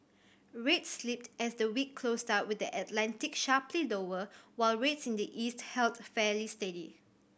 rates slipped as the week closed out with the Atlantic sharply lower while rates in the east held fairly steady